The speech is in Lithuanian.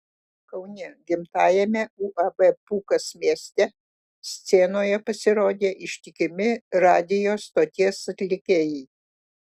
kaune gimtajame uab pūkas mieste scenoje pasirodė ištikimi radijo stoties atlikėjai